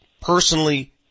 personally